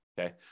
okay